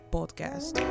Podcast